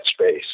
space